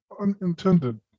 unintended